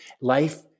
Life